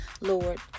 Lord